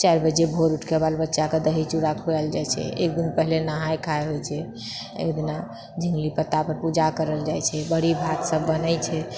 चारि बजे भोर उठिके बालबच्चाकेँ दही चूड़ा खुआएल जाइछै एकदिन पहिले नहाए खाए होइछै एकदिना झिङ्गनी पत्तापर पूजा करल जाइछै बड़ि भात सब बनैछै